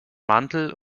mantel